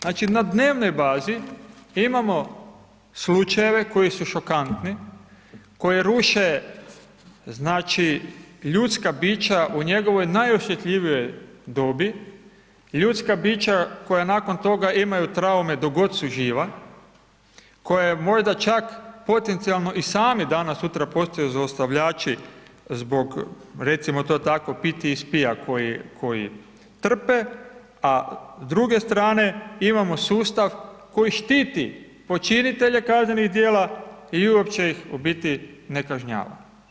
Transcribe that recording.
Znači n a dnevnoj bazi imamo slučajeve koji su šokantni, koji ruše znači ljudska bića u njegovoj najosjetljivijoj dobi, ljudska bića koja nakon toga imaju traume dok god su živa, koja možda čak i sami danas sutra postaju zlostavljači zbog recimo to tako PTSP-a koji trpe a s druge strane imamo sustav koji štiti počinitelje kaznenih djela i uopće ih u biti ne kažnjava.